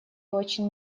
очень